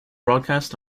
broadcast